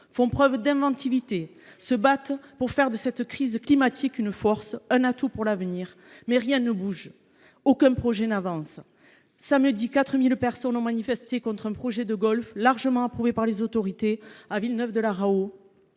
font preuve d’inventivité, se battent pour faire de cette crise climatique une force, un atout pour l’avenir, mais rien ne bouge, aucun projet n’avance ! Samedi dernier, 4 000 personnes ont manifesté contre un projet de golf, largement approuvé par les autorités, à Villeneuve de la Raho,